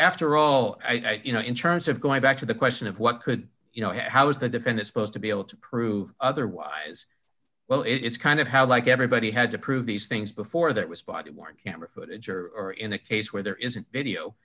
after all you know in terms of going back to the question of what could you know how is the defendant supposed to be able to prove otherwise well it is kind of how like everybody had to prove these things before that was spotted one camera footage or are in a case where there isn't video